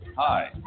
Hi